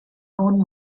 own